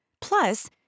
Plus